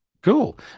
Cool